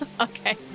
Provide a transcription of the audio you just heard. Okay